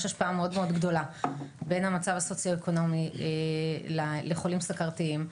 יש השפעה מאוד-מאוד גדולה בין המצב הסוציואקונומי לחולים סוכרתיים.